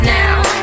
now